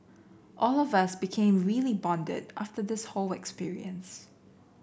all of us became really bonded after this whole experience